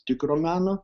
tikro meno